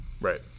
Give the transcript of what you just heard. right